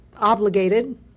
obligated